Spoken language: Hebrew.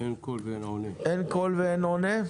אין קול ואין עונה.